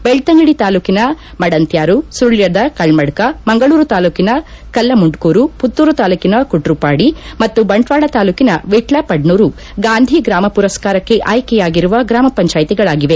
ಬೆಳ್ತಂಗಡಿ ತಾಲೂಕಿನ ಮಡಂತ್ಯಾರು ಸುಳ್ಯದ ಕೆಲ್ಮಡ್ಕ ಮಂಗಳೂರು ತಾಲೂಕಿನ ಕಲ್ಲಮುಂಡ್ಕೂರು ಪುತ್ತೂರು ತಾಲೂಕಿನ ಕುಟ್ರುಪಾದಿ ಮತ್ತು ಬಂಟ್ವಾಳ ತಾಲೂಕಿನ ವಿಟ್ಲ ಪಡ್ಡೂರು ಗಾಂಧಿ ಗ್ರಾಮ ಪುರಸ್ಕಾರಕ್ಕೆ ಆಯ್ಕೆಯಾಗಿರುವ ಗ್ರಾಮ ಪಂಚಾಯಿತಿಗಳಾಗಿವೆ